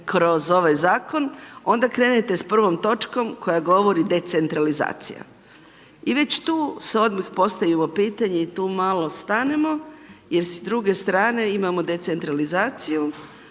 kroz ovaj zakon, onda krenete s prvom točkom koja govori decentralizacija i već tu se odmah postavimo pitanje i tu malo stanemo jer s druge strane imamo decentralizaciju,